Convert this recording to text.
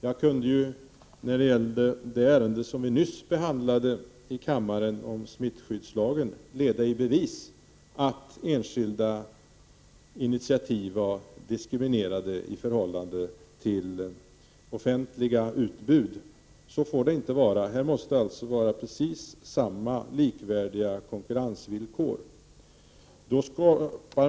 När det gällde ärendet om smittskyddslagen som vi nyss behandlade, kunde jag leda i bevis att enskilda initiativ var diskriminerade i förhållande till offentliga utbud. Så får det inte vara. Likvärdiga konkurrensvillkor måste gälla.